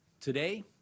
Today